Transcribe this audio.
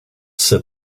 sit